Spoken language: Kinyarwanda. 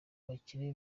abakire